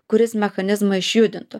kuris mechanizmą išjudintų